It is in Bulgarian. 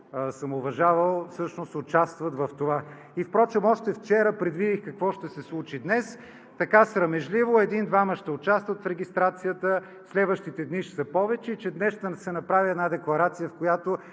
съм уважавал, всъщност участват в това. Впрочем още вчера предвидих какво ще се случи днес – така срамежливо, един-двама ще участват в регистрацията, следващите дни ще са повече и че днес ще се направи една декларация, в която,